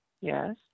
Yes